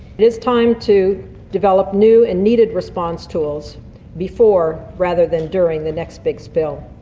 it is time to develop new and needed response tools before rather than during the next big spill.